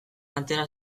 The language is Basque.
atera